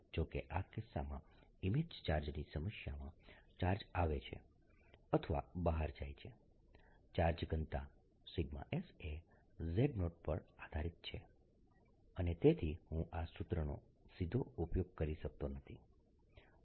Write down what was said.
જો કે આ કિસ્સામાં ઇમેજ ચાર્જની સમસ્યામાં ચાર્જ આવે છે અથવા બહાર જાય છે ચાર્જ ઘનતા s એ z0 પર આધારિત છે અને તેથી હું આ સૂત્રનો સીધો ઉપયોગ કરી શકતો નથી